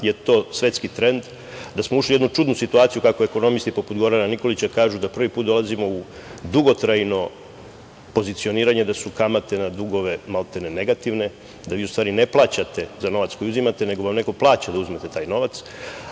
je to svetski trend, da smo ušli u jednu čudnu situaciju kako ekonomisti, poput Gorana Nikolića, kažu da prvi put dolazimo u dugotrajno pozicioniranje, da su kamate na dugove maltene negativne, da vi u stvari ne plaćate za novac koji uzimate nego vam neko plaća da uzmete taj novac,